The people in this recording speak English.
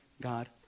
God